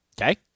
Okay